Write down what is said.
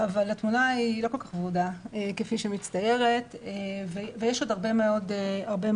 אבל התמונה היא לא כל כך ורודה כפי שמצטיירת ויש עוד הרבה מאוד בעיות.